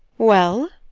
well?